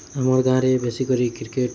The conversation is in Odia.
ଆମ ଗାଁରେ ବେଶୀ କରି କ୍ରିକେଟ୍